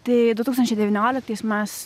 tai du tūkstančiai devynioliktais mes